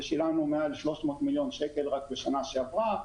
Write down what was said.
ושילמנו מעל 300 מיליון שקל רק בשנה שעברה,